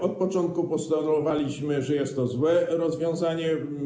Od początku postulowaliśmy, że jest to złe rozwiązanie.